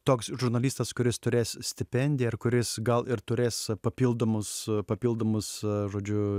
toks žurnalistas kuris turės stipendiją ir kuris gal ir turės papildomus papildomus žodžiu